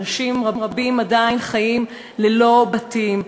אנשים רבים עדיין חיים ללא בתים,